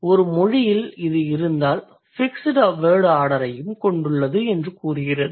ஒரு மொழியில் இது இருந்தால் ஃபிக்ஸ்டு வேர்ட் ஆர்டரையும் கொண்டுள்ளது என்று கூறுகிறது